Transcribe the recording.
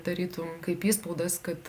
tarytum kaip įspaudas kad